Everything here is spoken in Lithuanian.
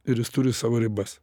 ir jis turi savo ribas